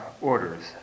orders